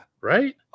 right